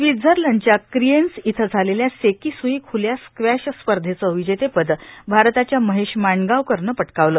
स्वित्झर्लंडच्या क्रिएन्स इथं झालेल्या सेकिसुई खुल्या स्क्वॅश स्पर्धेचं विजेतेपद भारताच्या महेश मांडगावकर पटकावलं